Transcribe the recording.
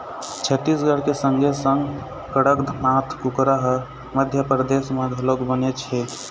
छत्तीसगढ़ के संगे संग कड़कनाथ कुकरा ह मध्यपरदेस म घलोक बनेच हे